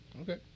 Okay